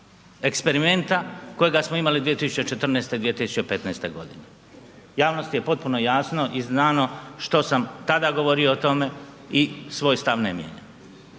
eksperimenta kojega smo imali 2014., 2015. godine. Javnosti je potpuno jasno i znano što sam tada govorio o tome i svoj stav ne mijenjam.